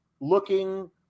looking